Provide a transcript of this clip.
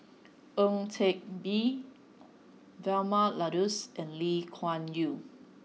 Ang Teck Bee Vilma Laus and Lee Kuan Yew